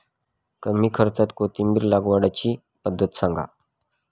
कमी खर्च्यात कोथिंबिर लागवडीची पद्धत सांगा